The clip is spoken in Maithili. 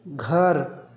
घर